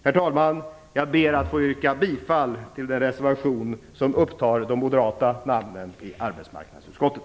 Herr talman! Jag ber att få yrka bifall till den reservation som upptar de moderata namnen i arbetsmarknadsutskottet.